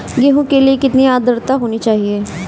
गेहूँ के लिए कितनी आद्रता होनी चाहिए?